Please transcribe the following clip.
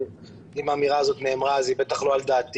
אם האמירה הזאת נאמרה, היא בטח לא על דעתי.